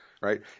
right